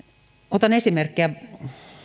otan esimerkkejä